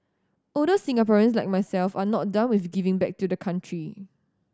older Singaporeans like myself are not done with giving back to the country